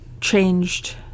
changed